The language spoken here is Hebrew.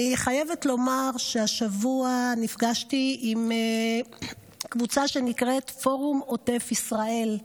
אני חייבת לומר שהשבוע נפגשתי עם קבוצה שנקראת "פורום עוטף ישראל".